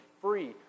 free